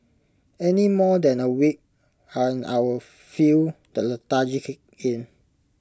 any more than A week and our feel the lethargy kick in